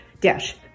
Dash